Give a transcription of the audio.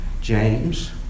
James